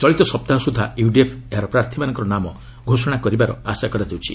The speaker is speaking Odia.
ଚଳିତ ସପ୍ତାହ ସୁଦ୍ଧା ୟୁଡିଏଫ୍ ଏହାର ପ୍ରାର୍ଥୀମାନଙ୍କ ନାମ ଘୋଷଣା କରିବାର ଆଶା କରାଯାଉଛି